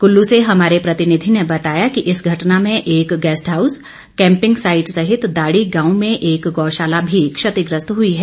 कुल्लू से हमारे प्रतिनिधि ने बताया कि इस घटना में एक गैस्टहाउस कैंपिंग साईट सहित दाड़ी गांव में एक गौशाला भी क्षतिग्रस्त हुई है